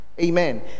amen